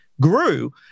grew